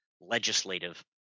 legislative